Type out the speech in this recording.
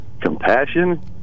compassion